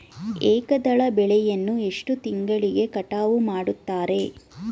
ಏಕದಳ ಬೆಳೆಯನ್ನು ಎಷ್ಟು ತಿಂಗಳಿಗೆ ಕಟಾವು ಮಾಡುತ್ತಾರೆ?